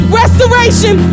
restoration